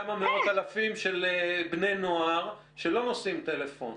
כמה מאות אלפים של בני נוער שלא נושאים טלפון.